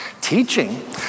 Teaching